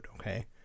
okay